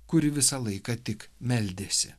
kuri visą laiką tik meldėsi